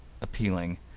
appealing